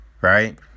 right